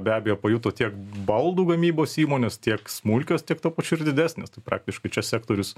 be abejo pajuto tiek baldų gamybos įmonės tiek smulkios tiek tuo pačiu ir didesnės tai praktiškai čia sektorius